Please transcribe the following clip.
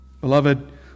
Beloved